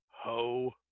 Ho